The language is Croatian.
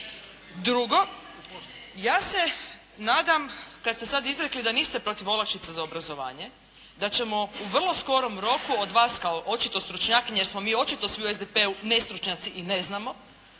Drugo, ja se nadam kad ste sad izrekli da niste protiv olakšica za obrazovanje, da ćemo u vrlo skorom roku od vas kao očito stručnjakinje, jer smo mi očito svi u SDP-u nestručnjaci i ne znamo